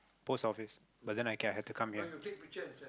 post office but then I ca~ I had to come here